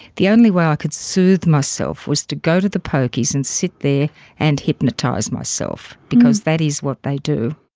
the only way i could soothe myself was to go to the pokies and sit there and hypnotise myself, because that is what they do.